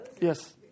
Yes